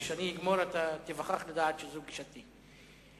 כשאני אגמור, תיווכח לדעת שזו גישתי.